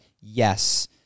yes